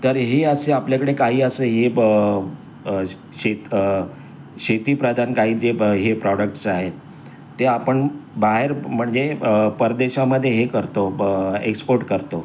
तर हे असे आपल्याकडे काही असे हे ब शेत शेतीप्रधान काही जे ब हे प्रॉडक्ट्स आहेत ते आपण बाहेर म्हणजे परदेशामध्ये हे करतो ब एक्सपोर्ट करतो